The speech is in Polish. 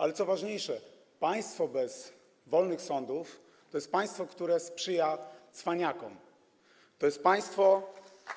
Ale co ważniejsze, państwo bez wolnych sądów to jest państwo, które sprzyja cwaniakom, to jest państwo